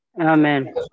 Amen